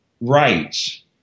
rights